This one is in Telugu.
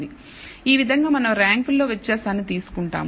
కాబట్టి ఈ విధంగా మనం ర్యాంకుల్లోని వ్యత్యాసాన్ని తీసుకుంటాము